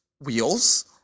wheels